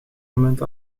moment